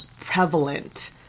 prevalent